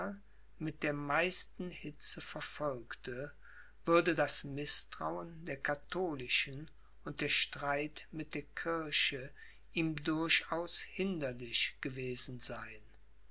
mit der meisten hitze verfolgte würde das mißtrauen der katholischen und der streit mit der kirche ihm durchaus hinderlich gewesen sein